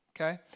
okay